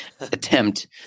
attempt